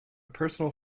personal